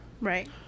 right